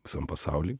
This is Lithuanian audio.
visam pasauly